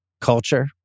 culture